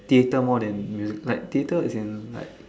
theatre more than music like theatre as in like